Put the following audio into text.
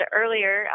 earlier